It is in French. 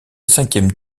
cinquième